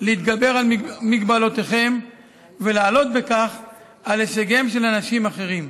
להתגבר על מגבלותיכם ולעלות בכך על הישגיהם של אנשים אחרים.